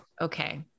Okay